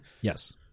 Yes